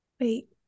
Wait